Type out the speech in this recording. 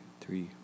three